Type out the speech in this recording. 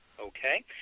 okay